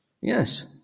Yes